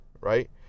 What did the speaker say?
right